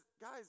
guys